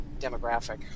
demographic